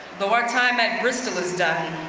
though our time at bristol is done,